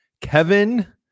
Kevin